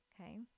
okay